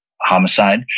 homicide